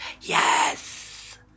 Yes